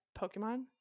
Pokemon